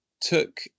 took